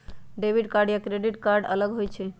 Debit card या credit card अलग होईछ ई?